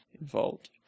involved